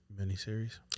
miniseries